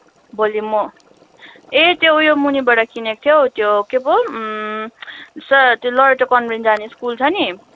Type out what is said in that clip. भोलि म ए त्यो उयो मुनिबाट किनेको थिएँ हौ त्यो के पो स त्यो लरेटो कन्भेन्ट जाने स्कुल छ नि